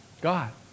God